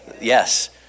Yes